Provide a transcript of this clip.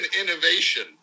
innovation